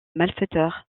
malfaiteurs